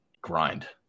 grind